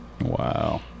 Wow